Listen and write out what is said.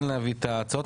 כן להביא את ההצעות,